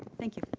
thank you.